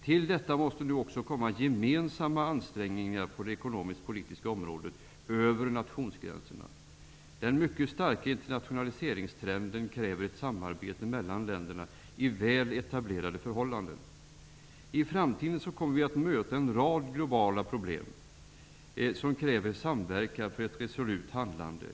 Till detta måste nu också komma gemensamma ansträngningar på det ekonomisk-politiska området över nationsgränserna. Den mycket starka internationaliseringstrenden kräver ett samarbete mellan länderna i väl etablerade förhållanden. I framtiden kommer vi att möta en rad globala problem som kräver samverkan för ett resolut handlande.